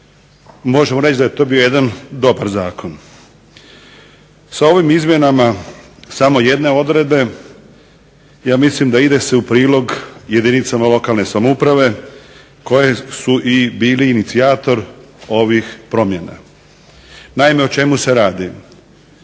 možemo reći da je to bio jedan dobar zakon. Sa ovim izmjenom samo jedne odredbe ja mislim da ide se u prilog jedinicama lokalne samouprave koje su i bile inicijator ovih promjena. Naime, o čemu se radi.